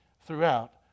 throughout